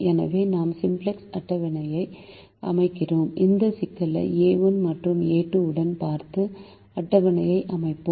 எனவே நாம் சிம்ப்ளக்ஸ் அட்டவணையை அமைக்கிறோம் இந்த சிக்கலை a1 மற்றும் a2 உடன் பார்த்து அட்டவணையை அமைப்போம்